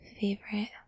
favorite